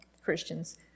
Christians